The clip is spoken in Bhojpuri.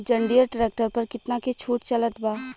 जंडियर ट्रैक्टर पर कितना के छूट चलत बा?